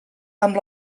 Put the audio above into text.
amb